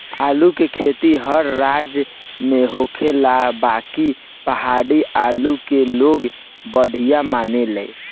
आलू के खेती हर राज में होखेला बाकि पहाड़ी आलू के लोग बढ़िया मानेला